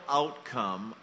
outcome